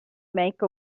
make